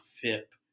FIP